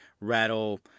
rattle